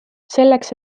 selleks